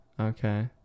okay